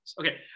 Okay